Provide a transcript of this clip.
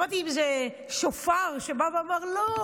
שמעתי איזה שופר שבא ואמר: לא,